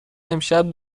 امشب